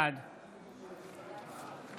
בעד